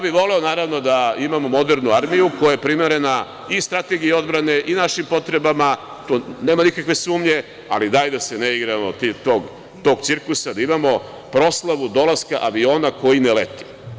Voleo bih, naravno, da imamo modernu armiju koja je primerena i strategiji odbrane i našim potrebama, nema nikakve sumnje, ali daj da se ne igramo tog cirkusa da imao proslavu dolaska aviona koji ne lete.